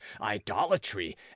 idolatry